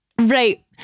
right